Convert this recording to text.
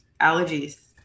allergies